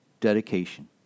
dedication